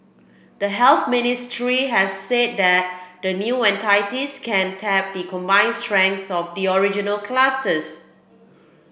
the Health Ministry has said that the new entities can tap the combined strengths of the original clusters